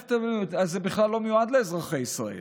הנפט הזה בכלל לא מיועד לאזרחי ישראל,